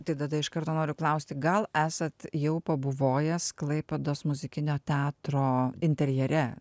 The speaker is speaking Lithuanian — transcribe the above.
tai tada iš karto noriu klausti gal esat jau pabuvojęs klaipėdos muzikinio teatro interjere